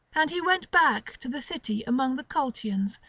and he went back to the city among the colchians,